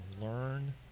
learn